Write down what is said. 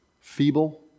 Feeble